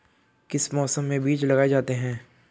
किस मौसम में बीज लगाए जाते हैं?